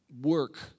work